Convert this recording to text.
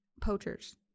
poachers